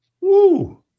Woo